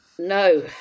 No